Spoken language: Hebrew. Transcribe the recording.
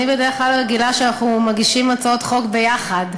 אני בדרך כלל רגילה שאנחנו מגישים הצעות חוק ביחד,